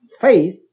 faith